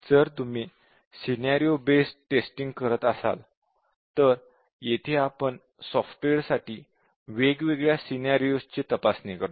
जर तुम्ही scenario based testing करत असाल तर येथे आपण सॉफ्टवेअर साठी वेगवेगळ्या सिनॅरिओज ची तपासणी करतो